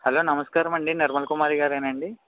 hello నమస్కారమండి నిర్మల కుమారి గారేనా అండి